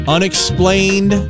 Unexplained